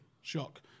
Shock